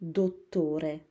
dottore